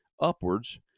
upwards